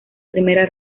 primera